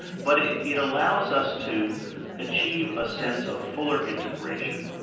but it it allows us to achieve a sense of fuller integration,